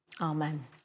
Amen